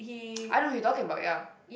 I know who you talking about ya